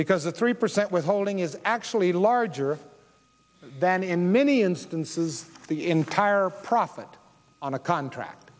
because the three percent withholding is actually larger than in many instances the entire profit on a contract